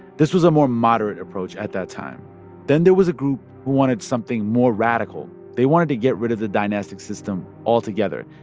this was a more moderate approach at that time then there was group who wanted something more radical. they wanted to get rid of the dynastic system altogether.